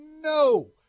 no